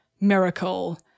miracle